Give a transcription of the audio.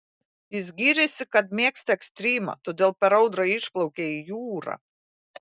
jis gyrėsi kad mėgsta ekstrymą todėl per audrą išplaukė į jūrą